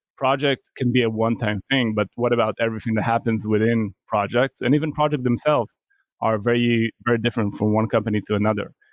project can be a one-time thing, but what about everything that happens within projects? and even project themselves are very very different from one company to another.